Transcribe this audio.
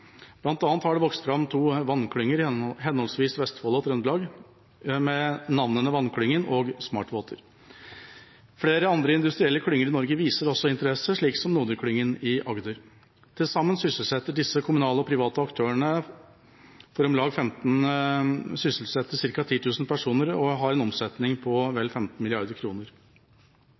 har det vokst fram to vannklynger i henholdsvis Vestfold og Trøndelag, ved navnene Vannklyngen og Smart Water. Flere andre industrielle klynger i Norge viser også interesse, slik som Node-klyngen i Agder. Til sammen sysselsetter disse kommunale og private aktørene ca. 10 000 personer og har en omsetning på vel